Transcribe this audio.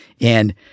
And-